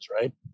right